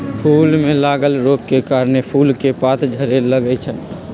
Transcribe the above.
फूल में लागल रोग के कारणे फूल के पात झरे लगैए छइ